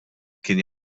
kien